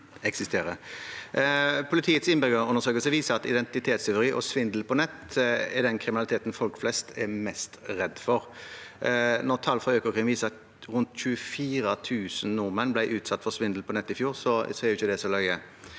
Politiets innbyggerundersøkelse viser at identitetstyveri og svindel på nett er den kriminaliteten folk flest er mest redd for. Når tall fra Økokrim viser at rundt 24 000 nordmenn ble utsatt for svindel på nett i fjor, er ikke det